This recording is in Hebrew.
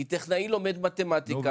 כי טכנאי לומד מתמטיקה,